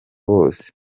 bose